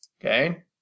okay